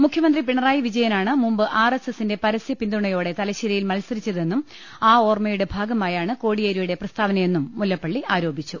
മുഖ്യമന്ത്രി പിണറായി വിജയനാണ് മുമ്പ് ആർ എസ് എസിന്റെ പരസൃ പിന്തുണയോടെ തലശ്ശേരിയിൽ മത്സരിച്ച തെന്നും ആ ഓർമ്മയുടെ ഭാഗമായാണ് കോടിയേരിയുടെ പ്രസ്താ വനയെന്നും മുല്ലപ്പള്ളി ആരോപിച്ചു